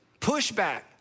pushback